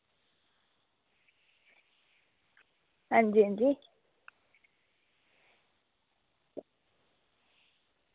अंजी अंजी